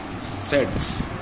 sets